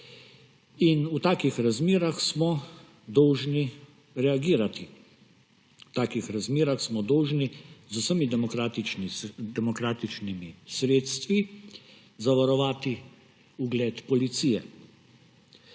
V takih razmerah smo dolžni reagirati, v takih razmerah smo dolžni z vsemi demokratičnimi sredstvi zavarovati ugled policije.